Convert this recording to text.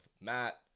Matt